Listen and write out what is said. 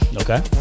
okay